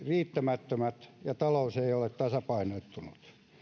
riittämättömät ja talous ei ole tasapainottunut